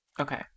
Okay